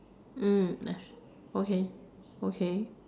mm that's okay okay